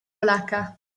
polacca